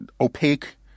opaque